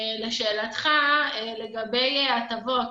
לשאלתך, לגבי ההטבות.